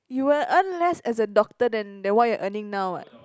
you will earn less as a doctor than than what you're earning now what